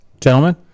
Gentlemen